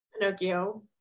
Pinocchio